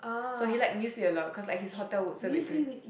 so he like music a lot cause at his hotel will serve it to him